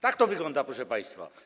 Tak to wygląda, proszę państwa.